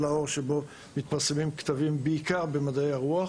לאור שבו מתפרסמים כתבים בעיקר במדעי הרוח.